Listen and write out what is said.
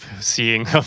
seeing